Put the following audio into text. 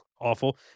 Awful